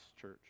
church